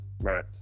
Right